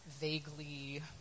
vaguely